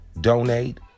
Donate